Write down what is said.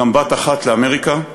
וגם בת אחת לאמריקה,